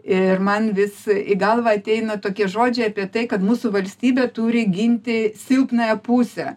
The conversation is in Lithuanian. ir man vis į galvą ateina tokie žodžiai apie tai kad mūsų valstybė turi ginti silpnąją pusę